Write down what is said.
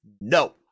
no